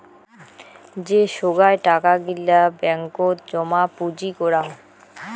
যে সোগায় টাকা গিলা ব্যাঙ্কত জমা পুঁজি করাং